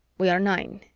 we are nine,